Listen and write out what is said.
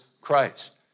Christ